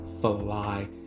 fly